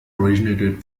originated